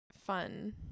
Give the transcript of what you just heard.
fun